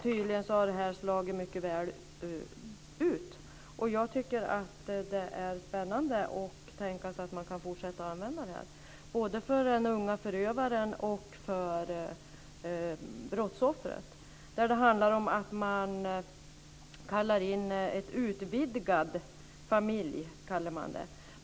Tydligen har den slagit mycket väl ut. Jag tycker att det är spännande att tänka sig att man kan fortsätta att använda den här idén, både för den unge förövaren och för brottsoffret. Det handlar om att man kallar in vad man benämner en utvidgad familj.